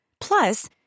Plus